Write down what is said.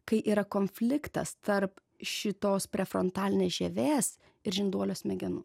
kai yra konfliktas tarp šitos prefrontalinės žievės ir žinduolio smegenų